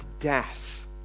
death